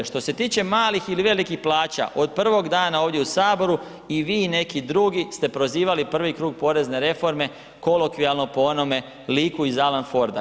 Što se tiče malih ili velikih plaća od prvog dana ovdje u saboru i vi i neki drugi ste prozivali prvi krug porezne reforme kolokvijalno po onome liku iz Alan forda.